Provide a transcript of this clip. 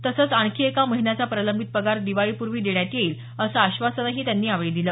तसंच आणखी एका महिन्याचा प्रलंबित पगार दिवाळीपूर्वी देण्यात येईल असं आश्वासनही त्यांनी यावेळी दिलं